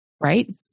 right